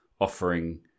offering